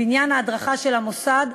בניין ההדרכה של המוסד,